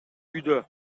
үйдө